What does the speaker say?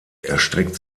erstreckt